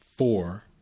Four